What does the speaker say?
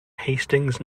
hastings